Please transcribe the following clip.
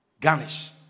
Garnish